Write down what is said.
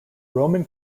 roman